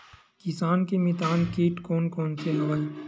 किसान के मितान कीट कोन कोन से हवय?